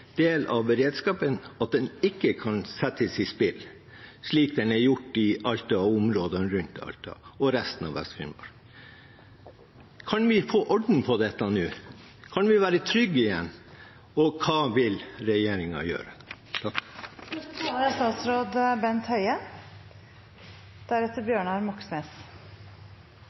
del av beredskapen at den ikke kan settes i spill, slik det er gjort i Alta og områdene rundt Alta og i resten av Vest-Finnmark. Kan vi få orden på dette nå? Kan vi være trygge igjen? Og hva vil regjeringen gjøre?